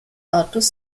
autos